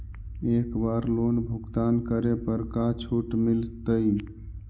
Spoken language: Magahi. एक बार लोन भुगतान करे पर का छुट मिल तइ?